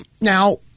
Now